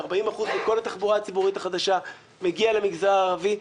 ו-40% בכל התחבורה הציבורית החדשה מגיעה למגזר הערבי.